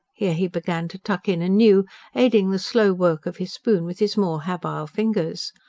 here, he began to tuck in anew, aiding the slow work of his spoon with his more habile fingers.